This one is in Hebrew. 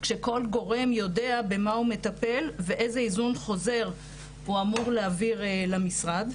כשכל גורם יודע במה הוא מטפל ואיזה היזון חוזר הוא אמור להעביר למשרד.